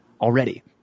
already